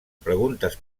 preguntes